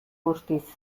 guztiz